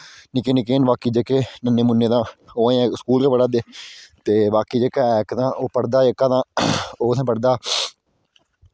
निक्के निक्के बाकी जेह्के नन्हे मुन्ने तां ओह् अजें स्कूल गै पढ़ा दे ते बाकी जेह्का पढ़दा तां ओह् उत्थें पढ़दा